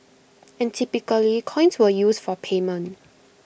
and typically coins were used for payment